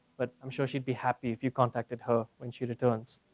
but i'm sure she'd be happy if you contacted her when she returns.